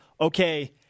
okay